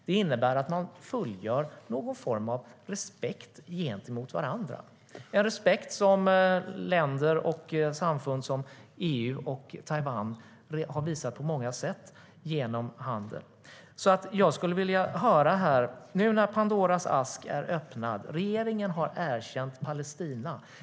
Det innebär att man bekräftar en respekt för varandra - en respekt som EU och Taiwan på många sätt redan har visat genom handel. Pandoras ask är öppnad i och med att regeringen har erkänt Palestina.